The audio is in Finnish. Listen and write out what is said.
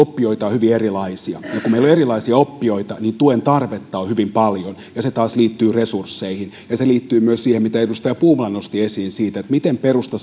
oppijoita on hyvin erilaisia kun meillä on erilaisia oppijoita niin tuen tarvetta on hyvin paljon ja se taas liittyy resursseihin ja se liittyy myös siihen mitä edustaja puumala nosti esiin siitä miten perusta